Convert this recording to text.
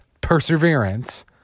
perseverance